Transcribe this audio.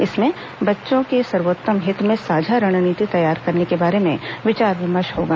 इसमें बच्चों के सर्वोत्तम हित में साझा रणनीति तैयार करने के बारे में विचार विमर्श होगा